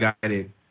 guided